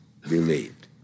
believed